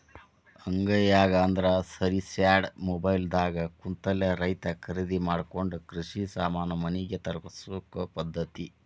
ಅಂಗೈಯಾಗ ಅಂದ್ರ ಸರಿಸ್ಯಾಡು ಮೊಬೈಲ್ ದಾಗ ಕುಂತಲೆ ರೈತಾ ಕರಿದಿ ಮಾಡಕೊಂಡ ಕೃಷಿ ಸಾಮಾನ ಮನಿಗೆ ತರ್ಸಕೊ ಪದ್ದತಿ